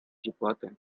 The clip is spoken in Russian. дебаты